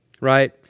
right